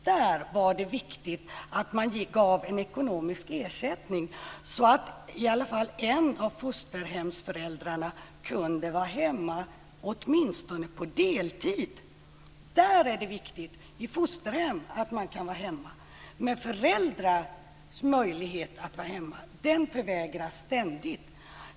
Där var det viktigt att man gav ekonomisk ersättning så att i varje fall en av fosterföräldrarna kunde vara hemma, åtminstone på deltid. Där är det viktigt - i fosterhem - att man kan vara hemma. Men föräldrars möjlighet att vara hemma förvägras ständigt.